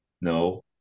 no